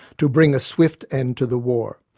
to bring a swift end to the war.